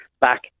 back